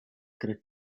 crec